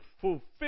fulfill